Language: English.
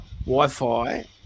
Wi-Fi